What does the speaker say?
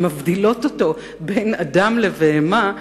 שמבדילות בין אדם לבהמה,